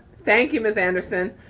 thank you, ms. anderson.